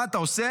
מה אתה עושה?